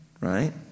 right